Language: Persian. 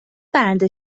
برنده